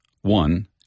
One